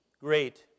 great